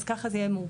אז ככה זה יהיה מורכב.